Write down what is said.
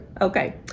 Okay